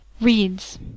READS